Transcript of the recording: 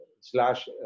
slash